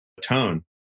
tone